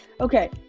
Okay